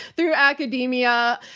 through academia.